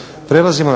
prelazimo na